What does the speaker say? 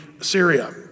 Syria